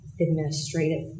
administrative